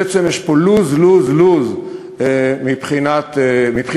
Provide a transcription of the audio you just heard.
בעצם יש פה lose lose lose מבחינה תקציבית.